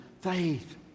faith